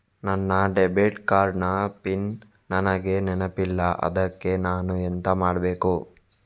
ನನ್ನ debit card ನ PIN ನನಗೆ ನೆನಪಿಲ್ಲ ಅದ್ಕೆ ನಾನು ಎಂತ ಮಾಡಬೇಕು?